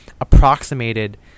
approximated